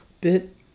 bit